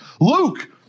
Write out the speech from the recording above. Luke